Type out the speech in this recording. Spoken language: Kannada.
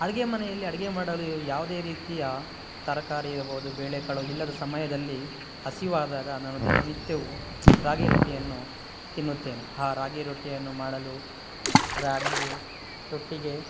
ಅಡುಗೆ ಮನೆಯಲ್ಲಿ ಅಡುಗೆ ಮಾಡಲು ಯು ಯಾವುದೇ ರೀತಿಯ ತರಕಾರಿ ಇರಬೋದು ಬೇಳೆಕಾಳು ಇಲ್ಲದ ಸಮಯದಲ್ಲಿ ಹಸಿವಾದಾಗ ನಾನು ದಿನನಿತ್ಯವೂ ರಾಗಿ ರೊಟ್ಟಿಯನ್ನು ತಿನ್ನುತ್ತೇನೆ ಆ ರಾಗಿ ರೊಟ್ಟಿಯನ್ನು ಮಾಡಲು ರಾಗಿಗೆ ರೊಟ್ಟಿಗೆ